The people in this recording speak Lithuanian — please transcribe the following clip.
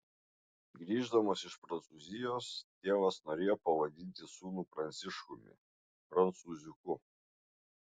grįždamas iš prancūzijos tėvas norėjo pavadinti sūnų pranciškumi prancūziuku